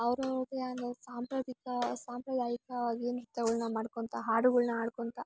ಅವರು ಏನು ಸಾಂಪ್ರದಿಕ ಸಾಂಪ್ರದಾಯಿಕವಾಗಿ ನೃತ್ಯಗಳನ್ನ ಮಾಡ್ಕೋಳ್ತ ಹಾಡುಗಳನ್ನ ಹಾಡ್ಕೋಳ್ತ